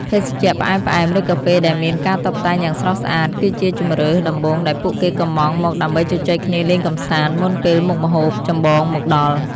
ភេសជ្ជៈផ្អែមៗ ឬកាហ្វេដែលមានការតុបតែងយ៉ាងស្រស់ស្អាត គឺជាជម្រើសដំបូងដែលពួកគេកុម្ម៉ង់មកដើម្បីជជែកគ្នាលេងកម្សាន្ត មុនពេលមុខម្ហូបចម្បងមកដល់។